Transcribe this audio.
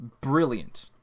brilliant